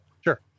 Sure